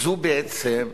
זו בעצם,